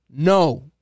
No